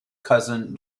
cousin